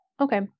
okay